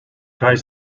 ties